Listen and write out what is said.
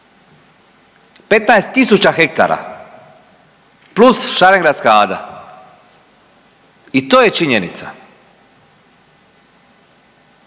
tisuća hektara plus Šarengradska ada. I to je činjenica.